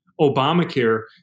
Obamacare